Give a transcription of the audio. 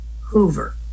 Hoover